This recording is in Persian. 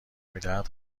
میدهد